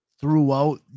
throughout